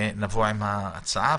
ונבוא עם ההצעה,